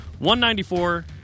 194